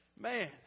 Man